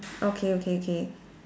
okay okay okay